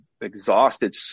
exhausted